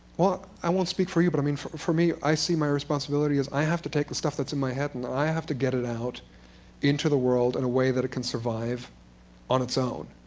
well, i won't speak for you, but i mean for for me, i see my responsibility as i have to take the stuff that's in my head and i have to get it into the world in a way that it can survive on its own.